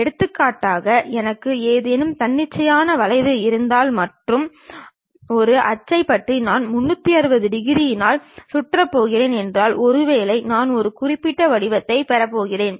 எடுத்துக்காட்டாக எனக்கு ஏதேனும் தன்னிச்சையான வளைவு இருந்தால் மற்றும் ஒரு அச்சைப் பற்றி நான் 360 டிகிரிகளால் சுற்றப் போகிறேன் என்றால் ஒருவேளை நான் ஒரு குறிப்பிட்ட வடிவத்தைப் பெறப்போகிறேன்